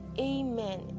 Amen